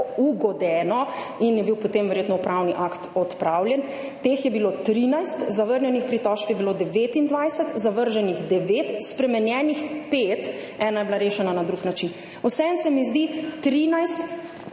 ugodeno in je bil potem verjetno upravni akt odpravljen, je bilo 13, zavrnjenih pritožb je bilo 29, zavrženih devet, spremenjenih pet, ena je bila rešena na drug način. Vseeno se mi zdi 13